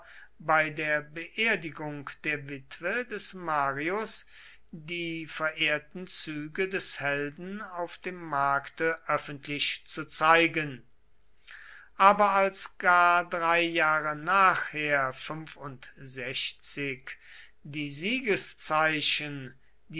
bei der beerdigung der witwe des marius die verehrten züge des helden auf dem markte öffentlich zu zeigen aber als gar drei jahre nachher die